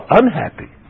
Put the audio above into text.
unhappy